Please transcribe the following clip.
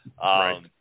Right